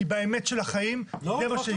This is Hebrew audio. כי באמת של החיים זה מה שיקרה.